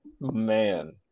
Man